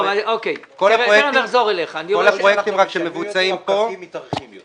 ככל שאנחנו מתקדמים יותר, הפקקים מתארכים יותר.